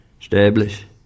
establish